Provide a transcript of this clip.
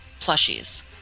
plushies